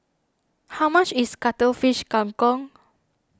how much is Cuttlefish Kang Kong